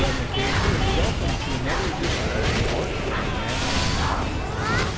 and mckay here and welcome to another edition of the art of manliness podcast.